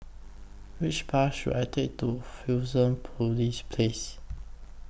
Which Bus should I Take to Fusionopolis Place